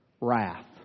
wrath